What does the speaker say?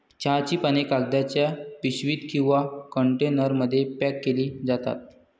चहाची पाने कागदाच्या पिशवीत किंवा कंटेनरमध्ये पॅक केली जातात